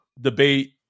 debate